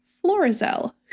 florizel